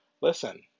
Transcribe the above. listen